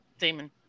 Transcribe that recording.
Damon